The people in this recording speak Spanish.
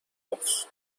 offs